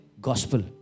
Gospel